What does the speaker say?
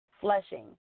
Flushing